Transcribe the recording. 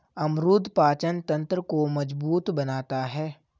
अमरूद पाचन तंत्र को मजबूत बनाता है